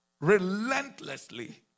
relentlessly